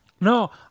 No